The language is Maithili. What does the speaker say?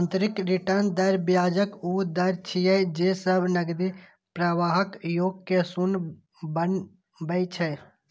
आंतरिक रिटर्न दर ब्याजक ऊ दर छियै, जे सब नकदी प्रवाहक योग कें शून्य बनबै छै